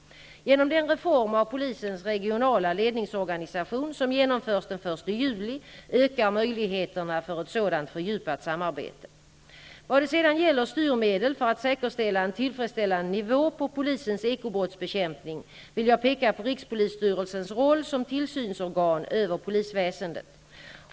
Genom den reform av polisens regionala ledningsorganisation som genomförs den 1 juli ökar möjligheterna för ett sådant fördjupat samarbete. Vad det sedan gäller styrmedel för att säkerställa en tillfredsställande nivå på polisens ekobrottsbekämpning vill jag peka på rikspolisstyrelsens roll som tillsynsorgan över polisväsendet.